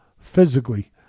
physically